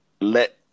let